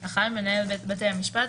(1) מנהל בתי המשפט,